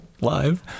live